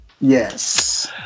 yes